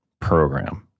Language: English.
program